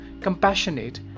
compassionate